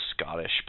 Scottish